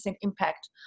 impact